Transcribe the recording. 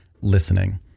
listening